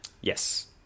Yes